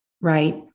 Right